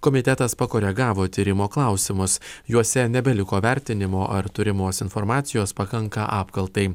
komitetas pakoregavo tyrimo klausimus juose nebeliko vertinimo ar turimos informacijos pakanka apkaltai